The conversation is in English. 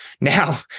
Now